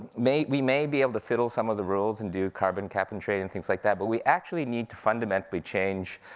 we may be able to fiddle some of the rules and do carbon capon trade, and things like that, but we actually need to fundamentally change